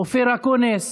אופיר אקוניס.